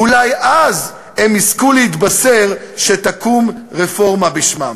אולי אז הם יזכו להתבשר שתקום רפורמה בשמם.